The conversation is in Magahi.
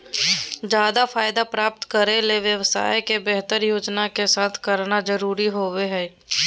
ज्यादा फायदा प्राप्त करे ले व्यवसाय के बेहतर योजना के साथ करना जरुरी होबो हइ